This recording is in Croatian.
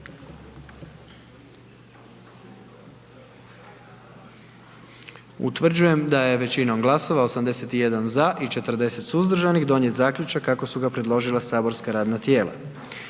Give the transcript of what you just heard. Utvrđujem da je većinom glasova 97 za, 19 suzdržanih donijet zaključak kako je predložilo matično saborsko radno tijelo.